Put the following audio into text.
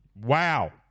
Wow